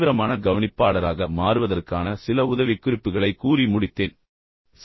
தீவிரமான கவனிப்பாளராக மாறுவதற்கான சில உதவிக்குறிப்புகளை உங்களுக்கு வழங்குவதன் மூலம் விரிவுரையை முடித்தேன்